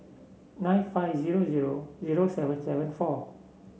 nine five zero zero zero seven seven four